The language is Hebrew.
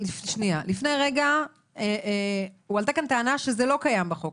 לפני רגע הועלתה כאן טענה שזה לא קיים בחוק,